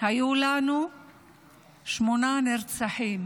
היו לנו שמונה נרצחים.